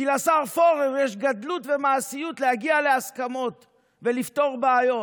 כי לשר פורר יש גדלות ומעשיות להגיע להסכמות ולפתור בעיות.